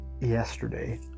yesterday